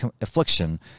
affliction